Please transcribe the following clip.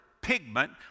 pigment